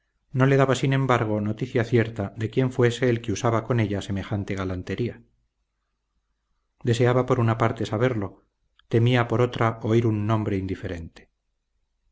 no le daba sin embargo noticia cierta de quién fuese el que usaba con ella semejante galantería deseaba por una parte saberlo temía por otra oír un nombre indiferente